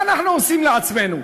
מה אנחנו עושים לעצמנו?